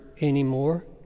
anymore